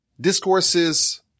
discourses